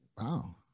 wow